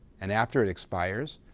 and after it expires,